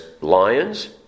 lions